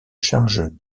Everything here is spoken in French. charge